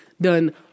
done